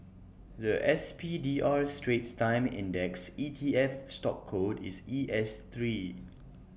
The S P D R straits times index E T F stock code is E S Three